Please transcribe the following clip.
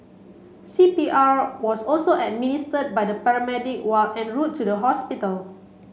C P R was also administered by the paramedic while en route to the hospital